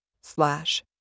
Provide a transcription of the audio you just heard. Slash